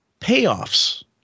Payoffs